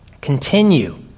Continue